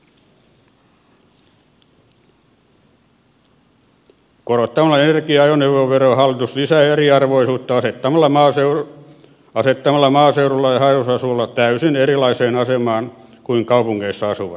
korottamalla energia ja ajoneuvoveroa hallitus lisää eriarvoisuutta asettamalla maaseudulla ja haja asutusalueilla asuvat täysin erilaiseen asemaan kuin kaupungeissa asuvat